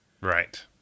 Right